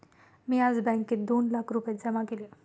मी आज बँकेत दोन लाख रुपये जमा केले